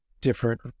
different